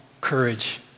courage